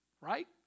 right